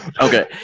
Okay